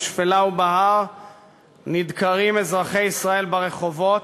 בשפלה ובהר נדקרים אזרחי ישראל ברחובות,